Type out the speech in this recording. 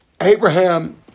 Abraham